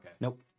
Nope